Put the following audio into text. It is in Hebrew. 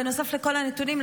בנוסף לכל הנתונים,